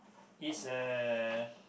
is a